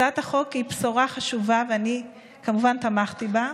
הצעת החוק היא בשורה חשובה, ואני כמובן תמכתי בה.